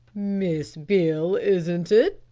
miss beale, isn't it?